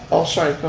oh sorry.